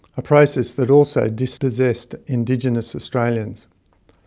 a process that also dispossessed indigenous australians.